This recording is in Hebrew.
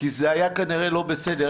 כי זה היה כנראה לא בסדר.